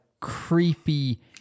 creepy